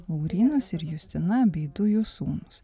laurynas ir justina bei du jų sūnūs